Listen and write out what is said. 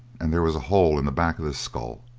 and there was a hole in the back of the skull.